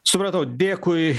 supratau dėkui